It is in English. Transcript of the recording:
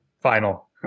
final